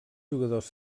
jugadors